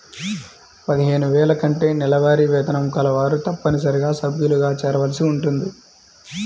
పదిహేను వేల కంటే నెలవారీ వేతనం కలవారు తప్పనిసరిగా సభ్యులుగా చేరవలసి ఉంటుంది